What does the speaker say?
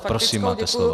Prosím, máte slovo.